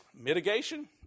mitigation